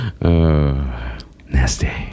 Nasty